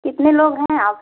कितने लोग हैं आप